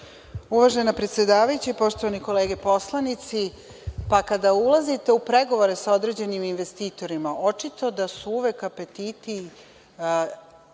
Uvažena predsedavajuća, poštovane kolege poslanici, kada ulazite u pregovore sa određenim investitorima, očito da su uvek apetiti